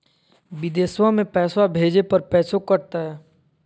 बिदेशवा मे पैसवा भेजे पर पैसों कट तय?